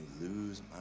lose